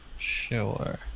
Sure